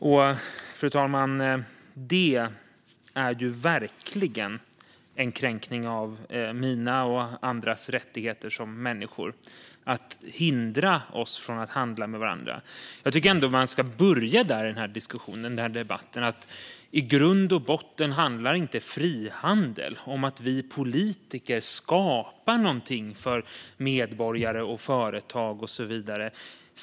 Och det är ju verkligen en kränkning av mina och andras rättigheter som människor när man hindrar oss från att handla med varandra. Jag tycker att man ska börja den här debatten där. I grund och botten handlar inte frihandel om att vi politiker skapar någonting för medborgare, företag och så vidare.